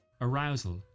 arousal